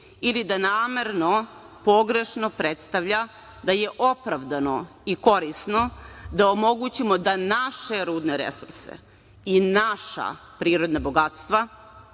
ili da namerno pogrešno predstavlja da je opravdano i korisno da omogućimo da naše rudne resurse i naša prirodna bogatstva